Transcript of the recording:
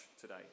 today